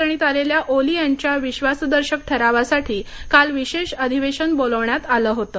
राजकीय अडचणीत आलेल्या ओली यांच्याविश्वासदर्शक ठरावासाठी काल विशेष अधिवेशन बोलाविण्यात आलं होतं